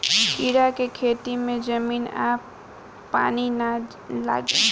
कीड़ा के खेती में जमीन आ पानी ना लागे